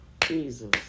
Jesus